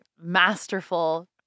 masterful